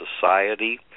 society